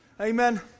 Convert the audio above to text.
amen